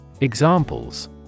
Examples